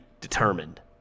determined